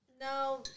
no